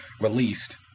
released